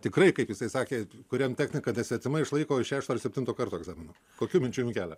tikrai kaip jisai sakė kuriam technika nesvetima išlaiko iš šešto ar septinto karto egzaminą kokių minčių jum kelia